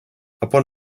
upon